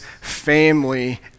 family